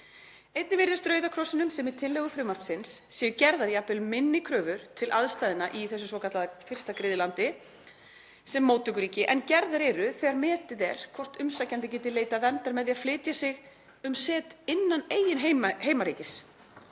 Einnig virðist Rauða krossinum sem í tillögu frumvarpsins séu gerðar jafnvel minni kröfur til aðstæðna í fyrsta griðlandi sem móttökuríki en gerðar eru þegar metið er hvort umsækjandi geti leitað verndar með því að flytja sig um set innan eigin heimaríkis